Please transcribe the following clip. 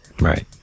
right